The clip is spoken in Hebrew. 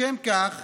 לשם כך